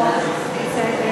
טוב, בסדר.